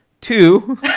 Two